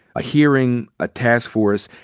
a hearing, a taskforce.